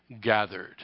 gathered